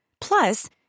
Plus